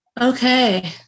Okay